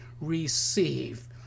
receive